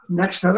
next